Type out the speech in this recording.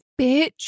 Bitch